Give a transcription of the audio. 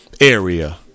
Area